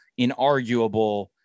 inarguable